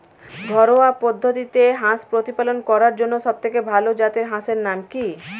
ঘরোয়া পদ্ধতিতে হাঁস প্রতিপালন করার জন্য সবথেকে ভাল জাতের হাঁসের নাম কি?